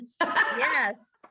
Yes